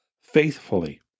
faithfully